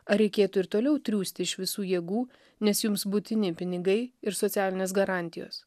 ar reikėtų ir toliau triūsti iš visų jėgų nes jums būtini pinigai ir socialinės garantijos